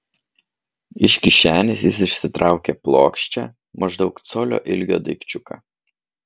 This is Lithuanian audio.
iš kišenės jis išsitraukė plokščią maždaug colio ilgio daikčiuką